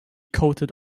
coated